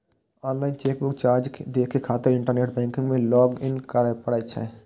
online chequebook charge देखै खातिर internet banking मे लॉग इन करै पड़ै छै